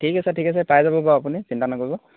ঠিক আছে ঠিক আছে পাই যাব বাৰু আপুনি চিন্তা নকৰিব